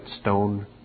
stone